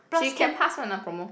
she can pass one lah promo